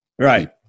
Right